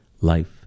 life